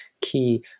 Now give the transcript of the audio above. key